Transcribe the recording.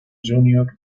junior